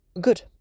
good